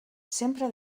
sempre